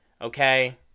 okay